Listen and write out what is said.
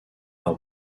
par